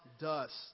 dust